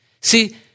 See